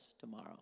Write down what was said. tomorrow